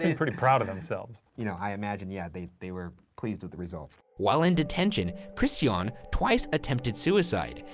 ah pretty proud of themselves. you know, i imagine, yeah, they they were pleased with the results. while in detention, kristjan twice attempted suicide.